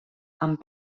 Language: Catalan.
amb